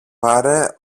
πάρε